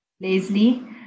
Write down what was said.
Leslie